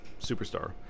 Superstar